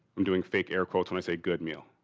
i'm doing fake air quotes when i say good meal.